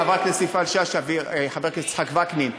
חברת הכנסת יפעת שאשא וחבר הכנסת יצחק וקנין,